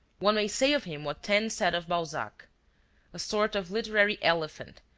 one may say of him what taine said of balzac a sort of literary elephant,